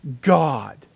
God